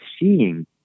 seeing